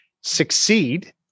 succeed